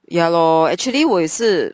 ya lor actually 我也是